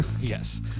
yes